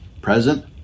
Present